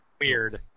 Weird